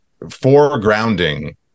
foregrounding